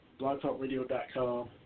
blogtalkradio.com